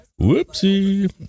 Whoopsie